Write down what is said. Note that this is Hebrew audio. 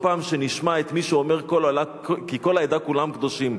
כל פעם שנשמע את מי שאומר "כי כל העדה כולם קדושים".